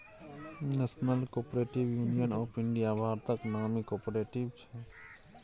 national Cooperative Union of India भारतक नामी cooperative छै